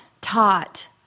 taught